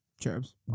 cherubs